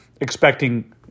expecting